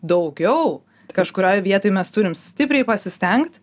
daugiau kažkurioj vietoj mes turim stipriai pasistengt